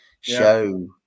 show